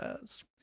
says